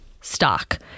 stock